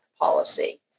policy